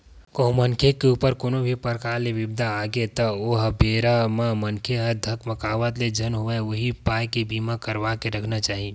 कहूँ मनखे के ऊपर कोनो भी परकार ले बिपदा आगे त ओ बेरा म मनखे ह धकमाकत ले झन होवय उही पाय के बीमा करवा के रखना चाही